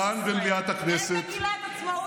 כאן במליאת הכנסת, אין מגילת עצמאות בישראל.